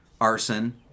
arson